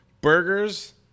burgers